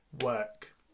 work